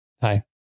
Hi